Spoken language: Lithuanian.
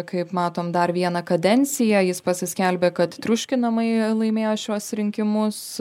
kaip matom dar vieną kadenciją jis pasiskelbė kad triuškinamai laimėjo šiuos rinkimus